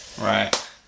right